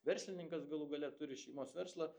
verslininkas galų gale turi šeimos verslą